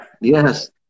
Yes